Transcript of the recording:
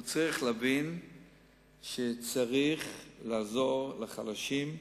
הוא צריך להבין שצריך לעזור לחלשים,